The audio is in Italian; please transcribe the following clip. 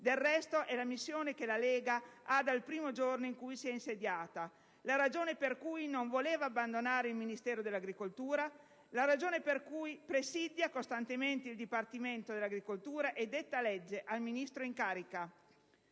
Del resto, è la missione che la Lega ha dal primo giorno in cui si è insediata, la ragione per cui non voleva abbandonare il Ministero delle politiche agricole, la ragione per cui presidia costantemente il Dipartimento dell'agricoltura e detta legge al Ministro in carica.